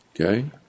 Okay